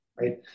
Right